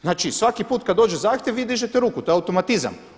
Znači, svaki put kad dođe zahtjev vi dižete ruku, to je automatizam.